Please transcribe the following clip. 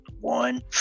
One